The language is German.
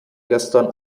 gestern